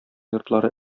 йортлары